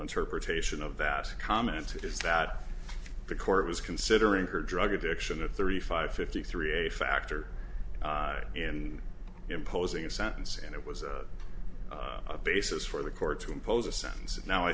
interpretation of that comment is that the court was considering her drug addiction at thirty five fifty three a factor in imposing a sentence and it was a basis for the court to impose a sentence and now i